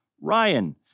Ryan